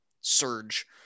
surge